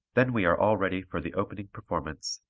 then we are all ready for the opening performance,